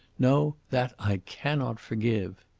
no, that i cannot forgive.